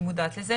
אני מודעת לזה.